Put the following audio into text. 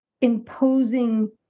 imposing